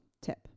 tip